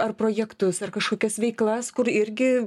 ar projektus ar kažkokias veiklas kur irgi